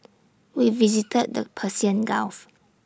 we visited the Persian gulf